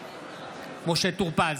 בעד משה טור פז,